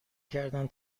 کردن